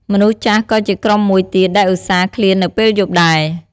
មនុស្សចាស់ក៏ជាក្រុមមួយទៀតដែលឧស្សាហ៍ឃ្លាននៅពេលយប់ដែរ។